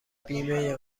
بیمه